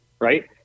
right